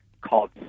called